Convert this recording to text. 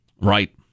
Right